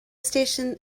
station